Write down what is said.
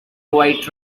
white